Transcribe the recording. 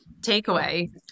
takeaway